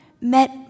met